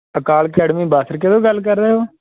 ਅਕਾਲ academy Basarke ਤੋਂ ਗੱਲ ਕਰ ਰਹੇ ਹੋ